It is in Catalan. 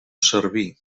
servir